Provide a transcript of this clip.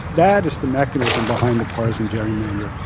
that is the mechanism behind the partisan gerrymandering.